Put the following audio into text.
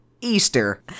easter